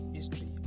history